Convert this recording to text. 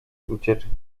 ucieczki